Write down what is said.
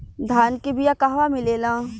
धान के बिया कहवा मिलेला?